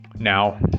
now